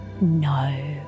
No